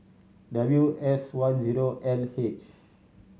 W S one zero L H